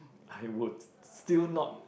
I would still not